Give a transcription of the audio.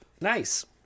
Nice